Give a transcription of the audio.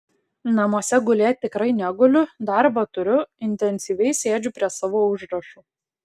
namuose gulėt tikrai neguliu darbo turiu intensyviai sėdžiu prie savo užrašų